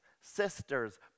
sisters